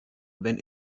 wenn